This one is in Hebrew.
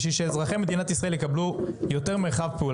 ואזרחי מדינת ישראל יקבלו יותר מרחב פעולה?